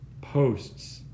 posts